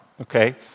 okay